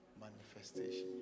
manifestation